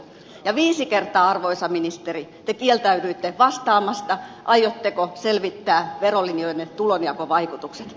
ja viisi kertaa arvoisa ministeri te kieltäydyitte vastaamasta aiotteko selvittää verolinjojenne tulonjakovaikutukset